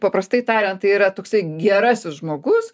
paprastai tariant tai yra toksai gerasis žmogus